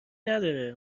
نداره